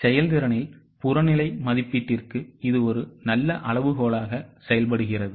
செயல்திறனின்புறநிலை மதிப்பீட்டிற்கு இது ஒரு நல்ல அளவுகோலாக செயல்படுகிறது